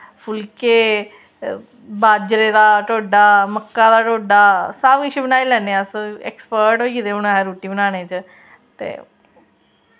फुल्के बाजरे दा ढोडा मक्का दा ढोडा सब किश बनाई लैन्ने अस ऐक्सपर्ट होई गेदे हून अस रुट्टी बनाने च